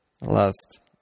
last